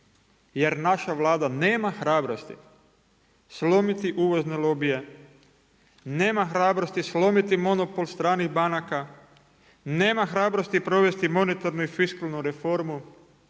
jer naša Vlada nema hrabrosti slomiti uvozne lobije, nema hrabrosti slomiti monopol stranih banaka, nema hrabrosti provesti monetarnu i fiskalnu reformu,